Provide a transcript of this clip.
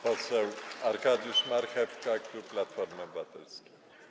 Poseł Arkadiusz Marchewka, klub Platformy Obywatelskiej.